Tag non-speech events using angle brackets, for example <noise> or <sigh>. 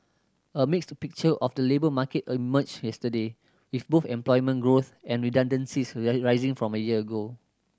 a mixed picture of the labour market emerged yesterday with both employment growth and redundancies <unintelligible> rising from a year ago